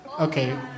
okay